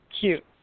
Cute